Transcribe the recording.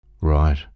Right